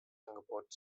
angebot